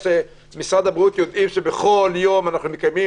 ומשרד הבריאות יודעים בכל יום אנו מקיימים